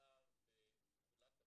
ישר בתכולת הפוליסה,